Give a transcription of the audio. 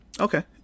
Okay